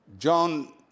John